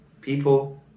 People